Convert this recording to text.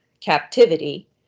captivity